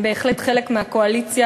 הם בהחלט חלק מהקואליציה,